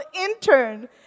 intern